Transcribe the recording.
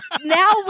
now